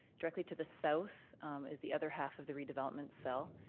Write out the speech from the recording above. directly to the south is the other half of the redevelopment cell.